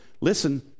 Listen